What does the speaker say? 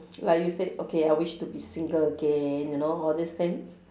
like you said okay I wish to be single again you know all these things